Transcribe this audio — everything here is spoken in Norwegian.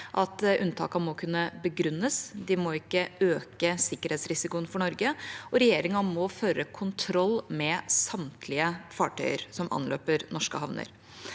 at unntakene må kunne begrunnes, de må ikke øke sikkerhetsrisikoen for Norge, og regjeringa må føre kontroll med samtlige fartøyer som anløper norske havner.